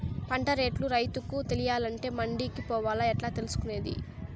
పంట రేట్లు రైతుకు తెలియాలంటే మండి కే పోవాలా? ఎట్లా తెలుసుకొనేది?